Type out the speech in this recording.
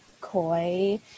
coy